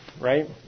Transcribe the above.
right